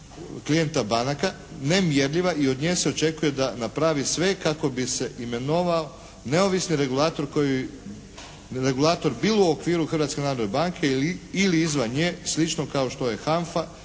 klijenta banaka nemjerljiva i od nje se očekuje da napravi sve kako bi se imenovao neovisni regulator koji, regulator bilo u okviru Hrvatske narodne banke ili izvan nje slično kao što je HANFA